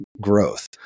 growth